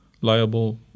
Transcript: liable